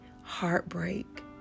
heartbreak